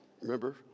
Remember